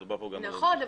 נכון,